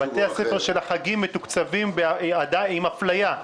בתי הספר של החגים מתוקצבים עם אפליה,